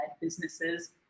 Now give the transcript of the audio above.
businesses